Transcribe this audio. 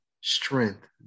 strength